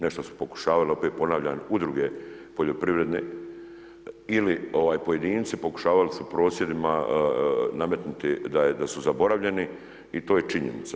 Nešto su pokušavale, opet ponavljam udruge poljoprivrede, ili pojedinci pokušavali su prosvjedima nametnuti da su zaboravljeni i to je činjenica.